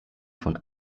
von